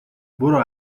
برو